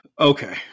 okay